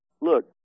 look